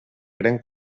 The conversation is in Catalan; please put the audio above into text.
gran